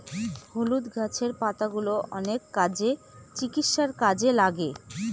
হলুদ গাছের পাতাগুলো অনেক কাজে, চিকিৎসার কাজে লাগে